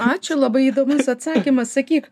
ačiū labai įdomus atsakymas sakyk